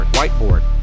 whiteboard